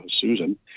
Susan